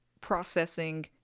processing